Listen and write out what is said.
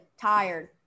Tired